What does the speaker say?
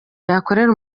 yakorera